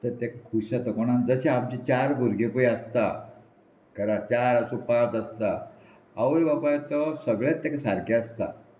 तर ताका खुश आसा कोणान जशें आमचे चार भुरगे पळय आसता घरा चार आसूं पात आसता आवय बापाय तो सगळे तेका सारके आसता